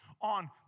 on